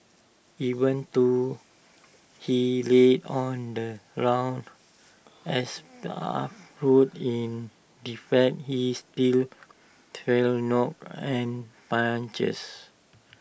even though he lay on the rough asphalt road in defeat he still felt knocks and punches